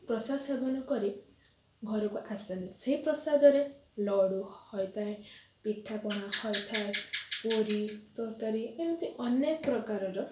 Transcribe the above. ପ୍ରସାଦ ସେବନ କରି ଘରକୁ ଆସନ୍ତି ସେ ପ୍ରାସାଦରେ ଲଡ଼ୁ ହୋଇଥାଏ ପିଠାପଣା ହୋଇଥାଏ ପୁରୀ ତରକାରୀ ଏମିତି ଅନେକ ପ୍ରକାରର